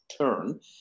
turn